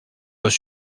pas